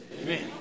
Amen